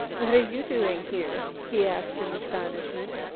what are you doing here? he asked in astonishment.